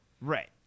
right